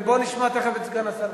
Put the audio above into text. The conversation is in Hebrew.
בואו נשמע תיכף את סגן השר.